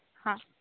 હા